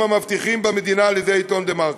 המבטיחים במדינה על-ידי העיתון "דה-מרקר".